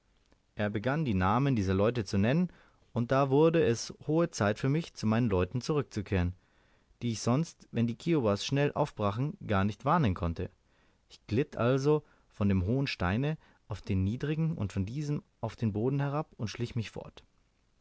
er begann die namen dieser leute zu nennen und da wurde es hohe zeit für mich zu meinen leuten zurückzukehren die ich sonst wenn die kiowas schnell aufbrachen gar nicht warnen konnte ich glitt also von dem hohen steine auf den niedrigen und von diesem auf den boden herab und schlich mich fort